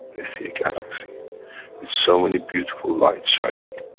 they see a galaxy, with so many beautiful lights shining.